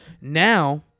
now